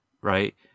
right